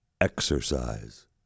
Exercise